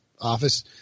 office